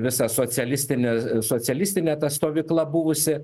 visą socialistinė socialistinė ta stovykla buvusi